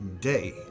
day